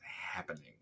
happening